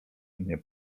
nie